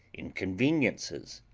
inconveniences,